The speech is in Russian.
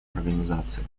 организации